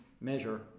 measure